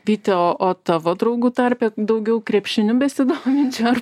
vyti o o tavo draugų tarpe daugiau krepšiniu besidominčių ar